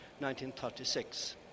1936